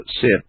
sit